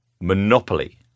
monopoly